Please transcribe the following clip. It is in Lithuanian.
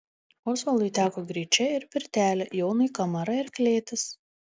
osvaldui teko gryčia ir pirtelė jonui kamara ir klėtis